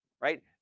right